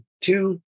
two